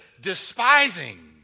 despising